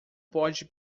pode